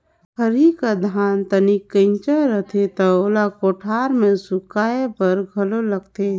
खरही कर धान तनिक कइंचा रथे त ओला कोठार मे सुखाए बर घलो लगथे